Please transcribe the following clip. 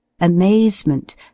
amazement